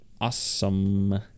awesome